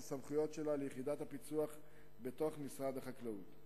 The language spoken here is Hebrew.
הסמכויות שלה לרשות הפיקוח בתוך משרד החקלאות.